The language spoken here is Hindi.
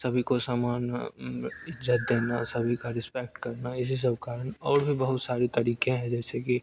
सभी को समान इज्जत देना सभी का रिस्पेक्ट करना इसी सब कारण और भी बहुत सारी तरीके हैं जैसे कि